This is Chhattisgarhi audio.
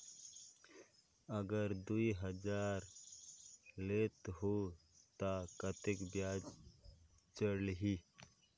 अगर दुई हजार लेत हो ता कतेक ब्याज चलही?